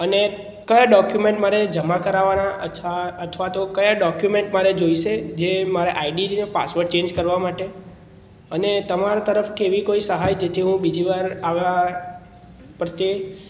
અને કયા ડોક્યુમેન્ટ મારે જમા કરાવવાનાં અચ્છા અથવા તો કયાં ડોક્યુમેન્ટ મારે જોઇશે જે મારે આઈડી ને પાસવડ ચેન્જ કરવા માટે અને તમારા તરફથી એવી કોઈ સહાય જેથી હું બીજી વાર આવા પ્રત્યે